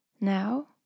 now